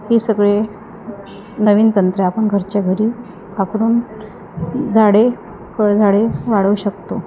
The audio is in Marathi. हे सगळे नवीन तंत्रे आपण घरच्या घरी वापरून झाडे फळ झाडे वाढवू शकतो